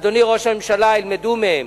אדוני ראש הממשלה, ילמדו מהם.